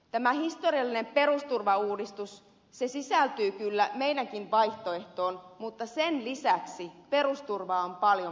tämä historiallinen perusturvauudistus sisältyy kyllä meidänkin vaihtoehtoomme mutta sen lisäksi perusturvaa on paljon muutakin